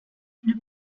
une